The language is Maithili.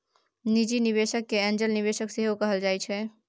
निजी निबेशक केँ एंजल निबेशक सेहो कहल जाइ छै